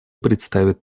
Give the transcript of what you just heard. представит